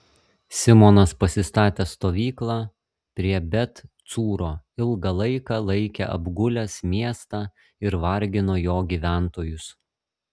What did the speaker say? simonas pasistatė stovyklą prie bet cūro ilgą laiką laikė apgulęs miestą ir vargino jo gyventojus